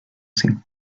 sin